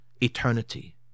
eternity